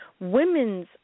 Women's